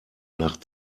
nach